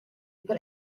per